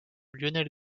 lionel